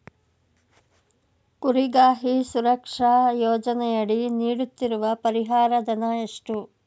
ಕುರಿಗಾಹಿ ಸುರಕ್ಷಾ ಯೋಜನೆಯಡಿ ನೀಡುತ್ತಿರುವ ಪರಿಹಾರ ಧನ ಎಷ್ಟು?